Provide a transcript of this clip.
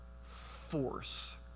force